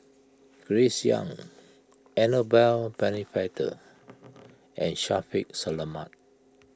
Grace Young Annabel Pennefather and Shaffiq Selamat